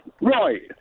Right